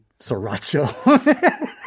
sriracha